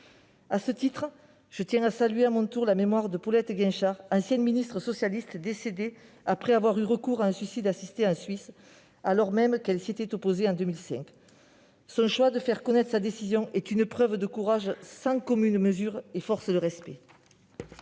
À cet égard, je tiens à saluer à mon tour la mémoire de Paulette Guinchard-Kunstler, ancienne secrétaire d'État socialiste, décédée après avoir eu recours à un suicide assisté en Suisse, alors même qu'elle s'était opposée à cette pratique en 2005. Son choix de faire connaître sa décision est une preuve de courage sans commune mesure et force le respect.